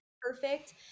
perfect